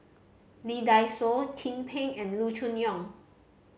Lee Dai Soh Chin Peng and Loo Choon Yong